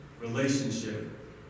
relationship